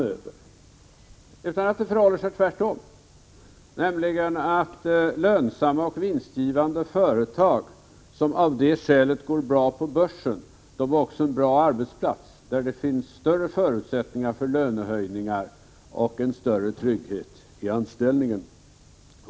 Jag tror i stället att det förhåller sig tvärtom, nämligen att företag som är vinstgivande och som av det skälet går bra på börsen också är bra arbetsplatser och har bättre förutsättningar för lönehöjningar och större trygghet i anställningen.